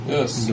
Yes